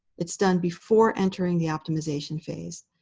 it's done before entering the optimization phase.